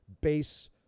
base